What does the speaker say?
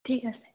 ঠিক আছে